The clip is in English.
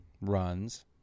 runs